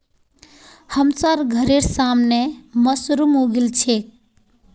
हमसार घरेर सामने मशरूम उगील छेक